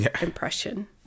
impression